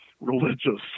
religious